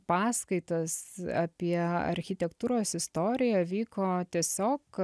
paskaitos apie architektūros istoriją vyko tiesiog